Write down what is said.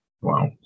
Wow